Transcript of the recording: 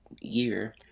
year